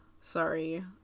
Sorry